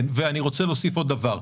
אני רוצה להוסיף עוד דבר.